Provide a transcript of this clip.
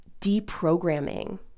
deprogramming